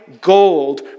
gold